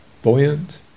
Buoyant